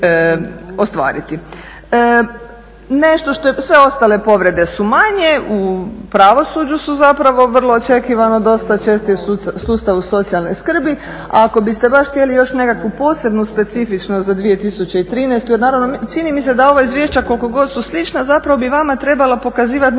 Nešto, sve ostale povrede su manje, u pravosuđu su zapravo vrlo očekivano dosta česte u sustavu socijalne skrbi, a ako biste baš htjele još nekakvu posebnu specifičnost za 2013., jer naravno, čini mi se da ova izvješća koliko god su slična, zapravo bi vama trebala pokazivati nekakav